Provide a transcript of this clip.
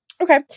Okay